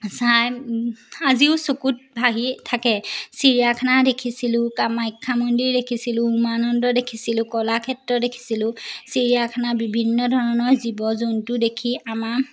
চাই আজিও চকুত ভাহি থাকে চিৰিয়াখানা দেখিছিলোঁ কামাখ্যা মন্দিৰ দেখিছিলোঁ উমানন্দ দেখিছিলোঁ কলাক্ষেত্ৰ দেখিছিলোঁ চিৰিয়াখানা বিভিন্ন ধৰণৰ জীৱ জন্তু দেখি আমাৰ